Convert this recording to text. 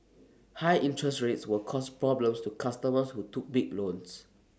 high interest rates will cause problems to customers who took big loans